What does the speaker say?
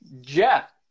Jeff